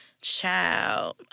child